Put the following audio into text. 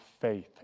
faith